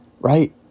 right